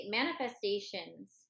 manifestations